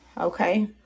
Okay